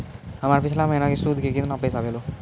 हमर पिछला महीने के सुध के केतना पैसा भेलौ?